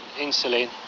insulin